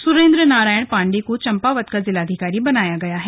सुरेन्द्र नारायण पाण्डेय को चम्पावत का जिलाधिकारी बनाया गया है